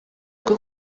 bwo